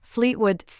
Fleetwood